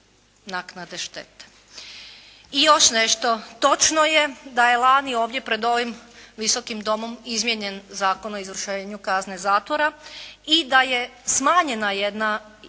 naknade štete. I još nešto. Točno je da je lani ovdje pred ovim Visokim domom izmijenjen Zakon o izvršenju kazne zatvora i da je smanjena jedno pravo